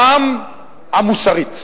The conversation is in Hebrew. גם המוסרית.